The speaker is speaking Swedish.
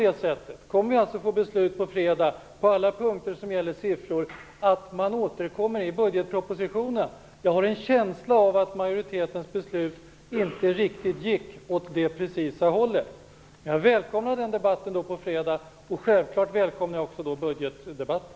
Kommer vi alltså att få ett sådant beslut på fredag att på alla punkter som gäller siffror skall man återkomma i budgetpropositionen? Jag har en känsla av att majoritetens beslut inte riktigt gick åt det precisa hållet. Jag välkomnar debatten på fredag, och självklart välkomnar jag också budgetdebatten.